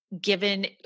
given